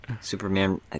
Superman